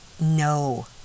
No